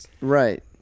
right